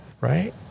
right